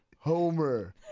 Homer